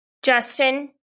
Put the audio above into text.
Justin